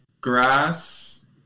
grass